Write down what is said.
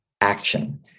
action